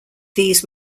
these